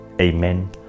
Amen